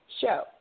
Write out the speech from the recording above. show